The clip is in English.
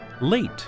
late